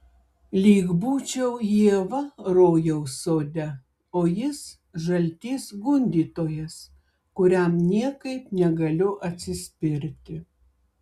lyg būčiau ieva rojaus sode o jis žaltys gundytojas kuriam niekaip negaliu atsispirti